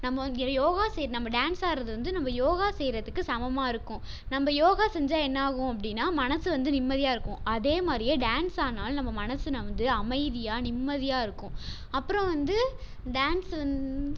நம்ம யோகா செய்கிற நம்ம டான்ஸ் ஆடுகிறது வந்து நம்ம யோகா செய்கிறதுக்கு சமமாக இருக்கும் நம்ம யோகா செஞ்சால் என்னாகும் அப்படின்னா மனசு வந்து நிம்மதியாக இருக்கும் அதேமாதிரியே டான்ஸ் ஆடினாலும் நம்ம மனசு வந்து அமைதியாக நிம்மதியாக இருக்கும் அப்புறம் வந்து டான்ஸ் வந்